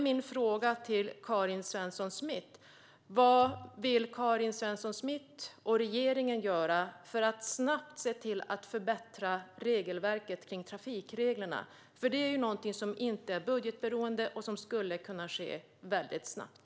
Min fråga till Karin Svensson Smith är: Vad vill Karin Svensson Smith och regeringen göra för att snabbt förbättra trafikreglerna? Det är inte budgetberoende och skulle kunna ske väldigt snabbt.